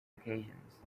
occasions